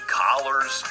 collars